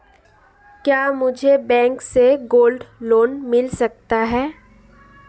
क्या मुझे बैंक से गोल्ड लोंन मिल सकता है?